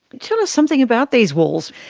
tell us something about these walls.